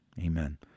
amen